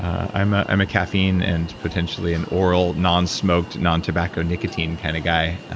i'm ah i'm a caffeine, and potentially an oral, non-smoked, non-tobacco nicotine kind of guy.